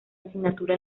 asignatura